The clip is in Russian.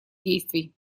действий